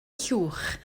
llwch